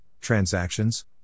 transactions